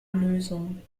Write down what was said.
lösung